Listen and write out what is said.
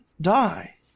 die